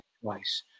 twice